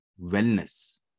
wellness